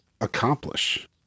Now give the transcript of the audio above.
accomplish